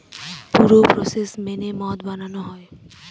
পুরো প্রসেস মেনে মদ বানানো হয়